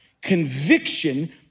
Conviction